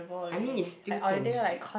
I mean it's still tangi~